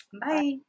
Bye